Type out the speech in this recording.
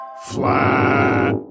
Flat